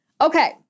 Okay